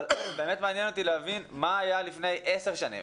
באמת מעניין אותי להבין מה היה לפני עשר שנים.